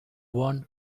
won